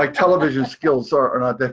like television skills are are not that